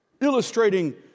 Illustrating